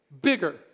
Bigger